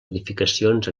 edificacions